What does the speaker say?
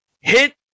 Hit